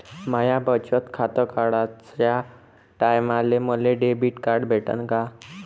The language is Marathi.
माय बचत खातं काढाच्या टायमाले मले डेबिट कार्ड भेटन का?